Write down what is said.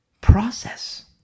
process